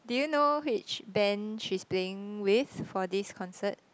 do you know which band she's playing with for this concert